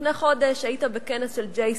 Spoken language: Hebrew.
לפני חודש היית בכנס של J Street.